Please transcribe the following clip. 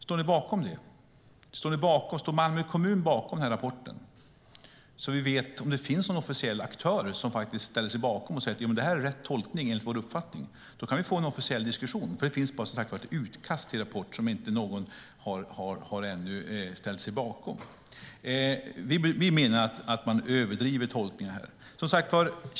Fråga om Malmö kommun står bakom rapporten så att vi vet om det finns några officiella aktörer som faktiskt ställer sig bakom den och säger att det är rätt tolkning enligt deras uppfattning. Då kan vi få en officiell diskussion. Det finns som sagt bara ett utkast till rapport som ingen ännu har ställt sig bakom. Vi menar att man överdriver tolkningen.